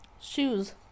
shoes